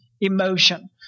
emotion